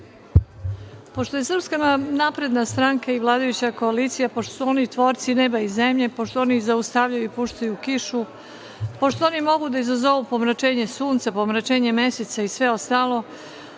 Pošto je SNS i vladajuća koalicija, pošto su oni tvorci neba i zemlje, pošto oni zaustavljaju i puštaju kišu, pošto oni mogu da izazovu pomračenje sunca, pomračenje meseca i sve ostalo